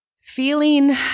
feeling